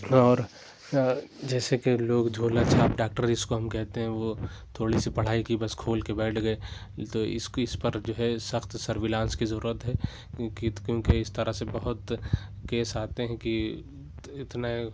اور جیسے کہ لوگ جھولا چھاپ ڈاکٹر جس کو ہم کہتے ہیں وہ تھوڑی پڑھائی کی بس کھول کے بیٹھ گئے تو اِس کی اِس پر جو ہے سخت سرویلانس کی ضرورت ہے کیونکہ تو کیوں کہ اِس طرح سے بہت کیس آتے ہیں کہ اتنا